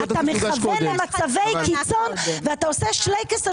כאשר אתה מכוון למצבי קיצון ואתה עושה שלייקס על